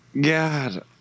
God